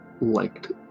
liked